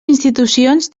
institucions